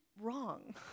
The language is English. wrong